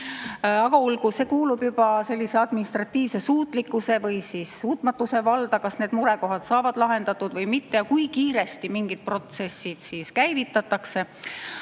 Jah, see kuulub juba administratiivse suutlikkuse või siis suutmatuse valda, kas need murekohad saavad lahendatud või mitte ja kui kiiresti mingid protsessid käivitatakse,